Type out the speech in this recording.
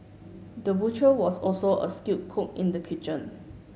the butcher was also a skilled cook in the kitchen